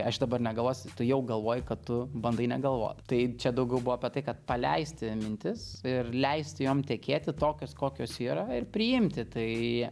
aš dabar negalvosiu tu jau galvoji kad tu bandai negalvot tai čia daugiau buvo apie tai kad paleisti mintis ir leisti jom tekėti tokios kokios yra ir priimti tai